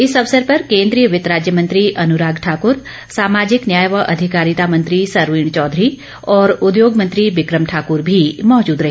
इस अवसर पर केन्द्रीय वित्त राज्य मंत्री अनुराग ठाकुर सामाजिक न्याय व अधिकारिता मंत्री सरवीण चौधरी और उद्योग मंत्री बिकम ठाकूर भी मौजूद रहे